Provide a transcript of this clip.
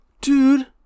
Dude